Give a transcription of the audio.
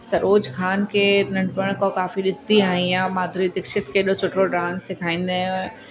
सरोज ख़ान खे नंढिपुण खां काफ़ी ॾिसंदी आई आहियां माधुरी दीक्षित केॾो सुठो डांस सिखाईंदें